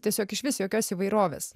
tiesiog išvis jokios įvairovės